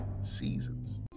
seasons